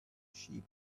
sheep